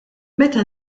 meta